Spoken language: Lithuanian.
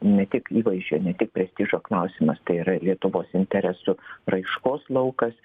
ne tik įvaizdžio ne tik prestižo klausimas tai yra lietuvos interesų raiškos laukas